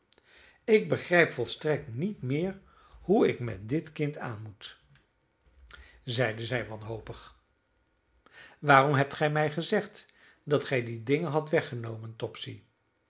ik begrijp volstrekt niet meer hoe ik met dit kind aanmoet zeide zij wanhopig waarom hebt gij mij gezegd dat gij die dingen hadt weggenomen topsy